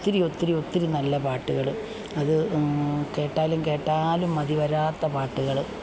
ഒത്തിരിയൊത്തിരി ഒത്തിരി നല്ല പാട്ടുകള് അത് കേട്ടാലും കേട്ടാലും മതിവരാത്ത പാട്ടുകള്